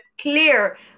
clear